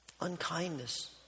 unkindness